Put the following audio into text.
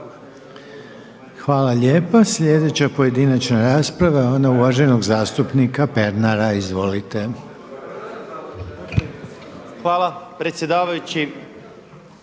Hvala lijepa. Sljedeća pojedinačna rasprava je ona uvaženog zastupnika Pernara. Izvolite. **Pernar, Ivan